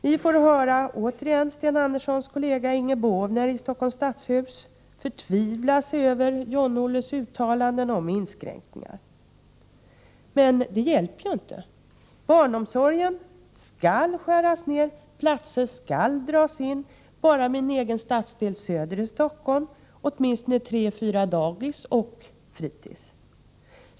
Vi får, återigen, höra Sten Anderssons kollega i stadshuset, Inger Båvner, förtvivlas över John-Olles uttalanden om inskränkningar. Men det hjälper inte. Barnomsorgen skall skäras ned. Platser skall dras in. Bara i min egen stadsdel, Söder i Stockholm, skall åtminstone tre fyra dagis och fritids försvinna.